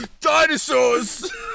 Dinosaurs